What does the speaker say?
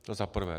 To za prvé.